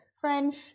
French